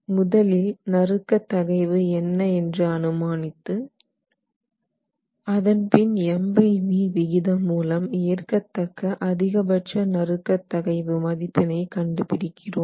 முதலில் fv நறுக்க தகைவு என்ன என்று அனுமானித்து அதன் பின் MVd விகிதம் மூலம் ஏற்கத்தக்க அதிகபட்ச நறுக்க தகைவு மதிப்பினை கண்டு பிடிக்கிறோம்